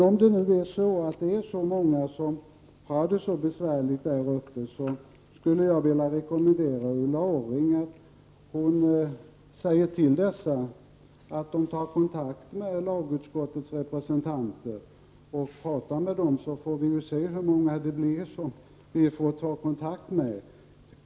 Om det nu är så många som har det så besvärligt där uppe, skulle jag vilja rekommendera Ulla Orring att hon säger till dem att ta kontakt med lagut skottets representanter och prata med oss. Då får vi väl se hur många vi får ta kontakt med.